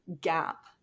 gap